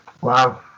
Wow